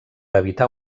evitar